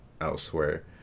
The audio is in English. elsewhere